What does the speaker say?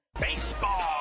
Baseball